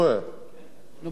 נו, בטח שהוא התפטר.